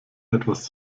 etwas